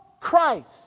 Christ